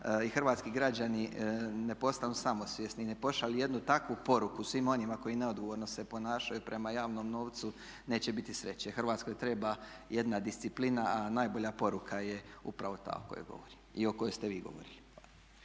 hrvatski građani ne postanu samosvjesni i ne pošalju jednu takvu poruku svim onima koji neodgovorno se ponašaju prema javnom novcu neće biti sreće. Hrvatskoj treba jedna disciplina a najbolja poruka je upravo ta o kojoj govorim